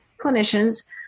clinicians